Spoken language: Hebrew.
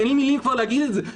אין לי כבר מילים להגיד את זה.